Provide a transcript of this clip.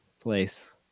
place